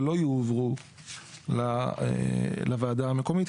ולא יועברו לוועדה המקומית,